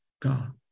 God